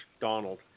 Donald